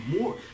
more